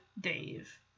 Dave